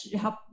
help